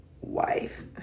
wife